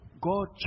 god